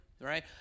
right